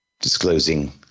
disclosing